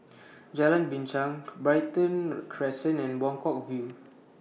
Jalan Binchang Brighton Crescent and Buangkok View